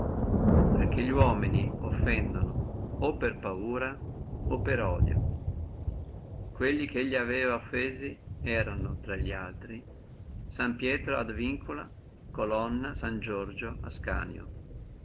perché li uomini offendono o per paura o per odio quelli che lui aveva offesi erano infra li altri san piero ad vincula colonna san giorgio ascanio